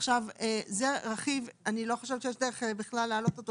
אני לא חושבת שיש דרך להעלות את הרכיב.